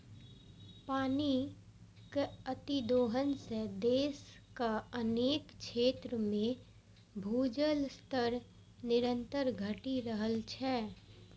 पानिक अतिदोहन सं देशक अनेक क्षेत्र मे भूजल स्तर निरंतर घटि रहल छै